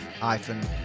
iPhone